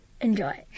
Enjoy